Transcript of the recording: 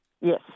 Yes